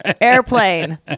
airplane